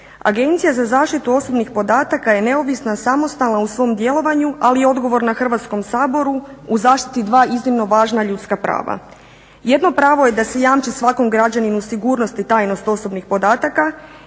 Agencija za zaštitu osobnih podataka je neovisna, samostalna u svom djelovanju, ali i odgovorna Hrvatskom saboru u zaštiti dva iznimno važna ljudska prava. Jedno pravo je da se jamči svakom građaninu sigurnost i tajnost osobnih podataka